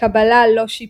קבלה לא-שיפוטית;